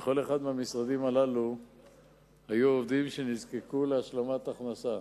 בכל אחד מהמשרדים הללו היו עובדים שנזקקו להשלמת הכנסה.